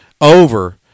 over